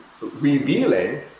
revealing